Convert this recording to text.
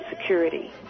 security